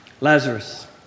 Lazarus